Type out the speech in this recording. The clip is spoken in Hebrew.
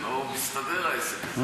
זה לא מסתדר, העסק הזה.